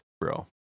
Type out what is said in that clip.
bro